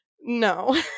No